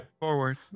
forward